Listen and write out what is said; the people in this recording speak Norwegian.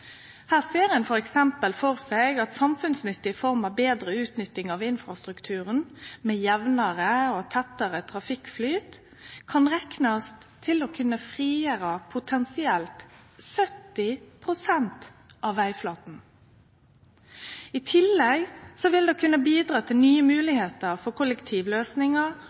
Her ser ein f.eks. for seg at samfunnsnytte i form av betre utnytting av infrastrukturen – med jamnare og tettare trafikkflyt – kan reknast til å kunne frigjere potensielt 70 pst. av vegflata. I tillegg vil det kunne bidra til nye moglegheiter for kollektivløysingar,